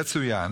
יצוין